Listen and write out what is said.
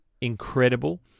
incredible